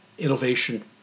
innovation